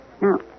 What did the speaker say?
Now